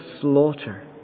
slaughter